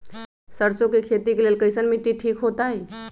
सरसों के खेती के लेल कईसन मिट्टी ठीक हो ताई?